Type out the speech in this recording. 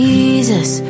Jesus